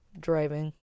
driving